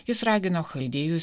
jis ragino chaldėjus